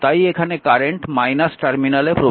তাই এখানে কারেন্ট টার্মিনালে প্রবেশ করছে